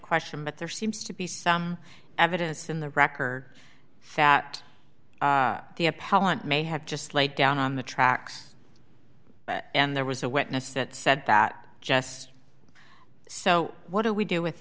question but there seems to be some evidence in the record fat the appellant may have just laid down on the tracks and there was a witness that said that just so what do we do with